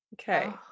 Okay